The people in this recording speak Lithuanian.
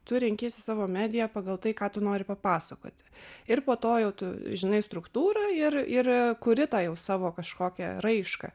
tu renkiesi savo mediją pagal tai ką tu nori papasakoti ir po to jau tu žinai struktūrą ir ir kuri tą jau savo kažkokią raišką